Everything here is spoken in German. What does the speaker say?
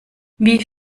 wie